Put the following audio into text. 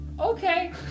Okay